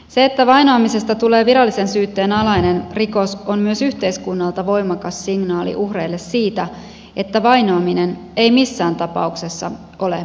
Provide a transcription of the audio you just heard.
se että vainoamisesta tulee virallisen syytteen alainen rikos on myös yhteiskunnalta voimakas signaali uhreille siitä että vainoaminen ei missään tapauksessa ole hyväksyttävää